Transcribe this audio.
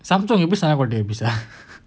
சமைச்சிஉனக்குஎப்படி:samchi unaku epdi lah பேச:pesa